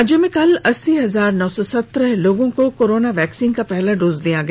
राज्य में कल अस्सी हजार पांच सौ सत्रह लोगों को कोरोना वैक्सीन का पहला डोज दिया गया